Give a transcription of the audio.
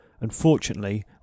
Unfortunately